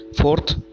fourth